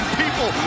people